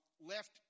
left